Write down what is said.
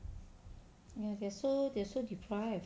ya they're so they're so deprived